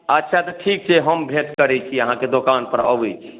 अच्छा तऽ ठीक छै हम भेँट करै छी अहाँके दोकानपर आबै छी